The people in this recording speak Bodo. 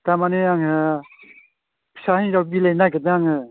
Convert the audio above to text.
थारमाने आङो फिसा हिनजाव बिलायनो नागिरदों आङो